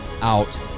out